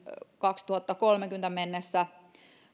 kaksituhattakolmekymmentä mennessä